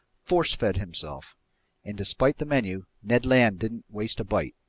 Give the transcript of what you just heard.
force-fed himself and despite the menu, ned land didn't waste a bite.